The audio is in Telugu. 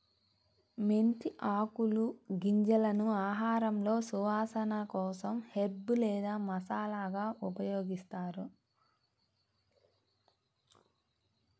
మెంతి ఆకులు, గింజలను ఆహారంలో సువాసన కోసం హెర్బ్ లేదా మసాలాగా ఉపయోగిస్తారు